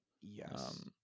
yes